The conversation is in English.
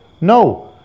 No